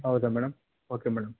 ಹೌದಾ madam okay madam